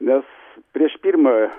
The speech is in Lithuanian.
nes prieš pirmą